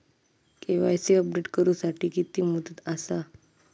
KYC update करू साठी किती मुदत आसा?